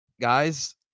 Guys